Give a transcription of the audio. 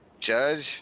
Judge